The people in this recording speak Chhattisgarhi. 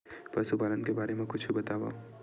पशुपालन के बारे मा कुछु बतावव?